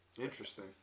Interesting